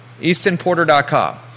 EastonPorter.com